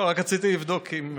לא, רק רציתי לבדוק אם,